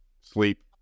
Sleep